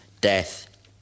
death